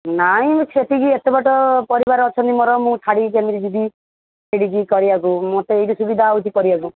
ନାଇଁ ମୁଁ ସେଠିକି ଏତେ ବାଟ ପରିବାର ଅଛନ୍ତି ମୋର ମୁଁ ଛାଡ଼ିକି କେମିତି ଯିବି ସେଇଠି ଯିବି ଚଳିବାକୁ ମତେ ଏଇଠି ସୁବିଧା ହେଉଛି କରିବାକୁ